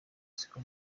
siko